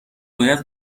باید